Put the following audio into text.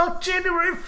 January